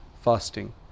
fasting